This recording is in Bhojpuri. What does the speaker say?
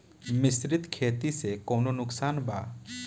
मिश्रित खेती से कौनो नुकसान वा?